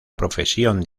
profesión